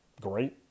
great